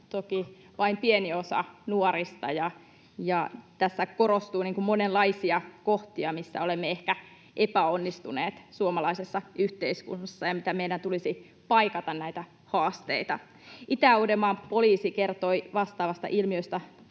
toki vain pieni osa nuorista, ja tässä korostuu monenlaisia kohtia, missä olemme ehkä epäonnistuneet suomalaisessa yhteiskunnassa ja missä haasteissa meidän tulisi paikata. Itä-Uudenmaan poliisi kertoi vastaavasta ilmiöstä